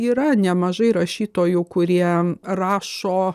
yra nemažai rašytojų kurie rašo